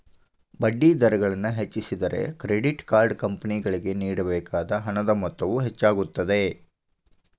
ಬಡ್ಡಿದರಗಳನ್ನು ಹೆಚ್ಚಿಸಿದರೆ, credit card ಕಂಪನಿಗಳಿಗೆ ನೇಡಬೇಕಾದ ಹಣದ ಮೊತ್ತವು ಹೆಚ್ಚಾಗುತ್ತದೆ